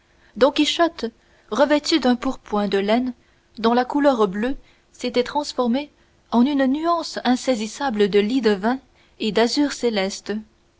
don quichotte revêtu d'un pourpoint de laine dont la couleur bleue s'était transformée en une nuance insaisissable de lie de vin et d'azur céleste